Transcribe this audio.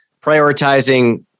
prioritizing